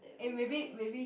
eh maybe maybe